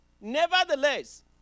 nevertheless